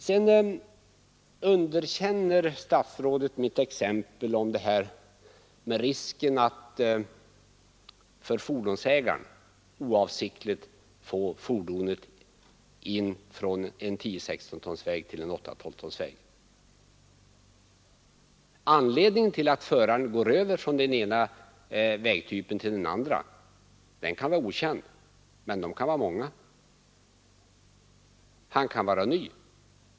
Statsrådet underkänner mitt resonemang om risken för fordonsägaren att fordonet oavsiktligt körs in från en 10 12-tonsväg. Anledningen till att föraren går över från den ena vägtypen till den andra kan vara okänd. Det kan finnas många sådana anledningar. Han kan vara ny.